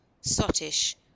sottish